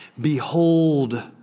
Behold